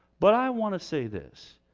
but i want to say this.